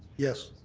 yes.